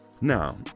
Now